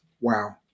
wow